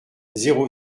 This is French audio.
zéro